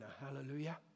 Hallelujah